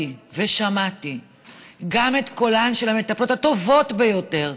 ושמעתי גם את קולן של המטפלות הטובות ביותר,